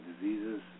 diseases